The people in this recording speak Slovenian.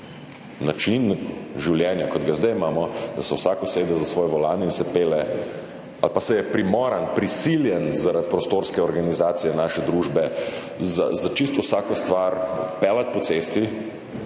Način življenja, kot ga imamo zdaj, da se vsak usede za svoj volan in se pelje ali pa se je primoran, prisiljen zaradi prostorske organizacije naše družbe za čisto vsako stvar peljati po cesti,